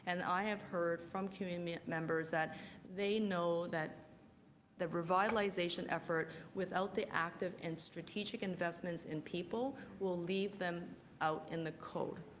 and i have heard from community members that they know that for revitalization effort without the active and strategic investments in people will leave them out in the cold.